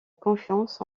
confiance